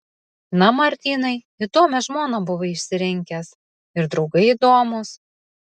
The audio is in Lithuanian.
na martynai įdomią žmoną buvai išsirinkęs ir draugai įdomūs